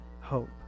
hope